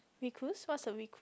recluse what's a recluse